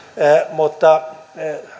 mutta